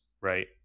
right